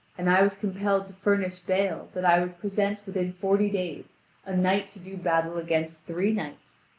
and i was compelled to furnish bail that i would present within forty days a knight to do battle against three knights.